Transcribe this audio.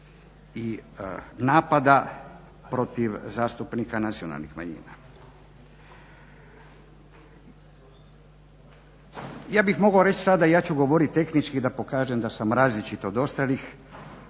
napada protiv zastupnika nacionalnih manjina. Ja bih mogao reći sada i ja ću govoriti tehnički da pokažem da sam različit od ostalih,